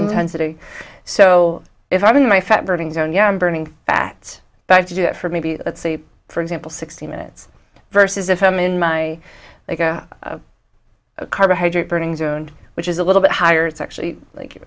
intensity so if i'm in my fat burning zone you know i'm burning fat i have to do it for maybe let's say for example sixty minutes versus if i'm in my they go carbohydrate burning zone which is a little bit higher it's actually like